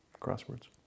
crosswords